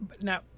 Now